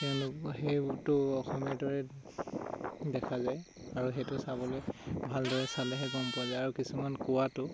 তেওঁলোকে সেইটো অসমীয়াটো দেখা যায় আৰু সেইটো চাবলৈ ভালদৰে চালেহে গম পোৱা যায় আৰু কিছুমান কোৱাটো